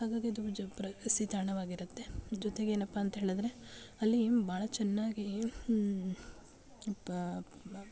ಹಾಗಾಗಿ ಇದು ಜಗತ್ ಪ್ರಸಿದ್ಧ ತಾಣವಾಗಿರುತ್ತೆ ಜೊತೆಗೇನಪ್ಪಾಂತ ಹೇಳಿದರೆ ಅಲ್ಲಿ ಭಾಳ ಚೆನ್ನಾಗಿ ಪ ಮ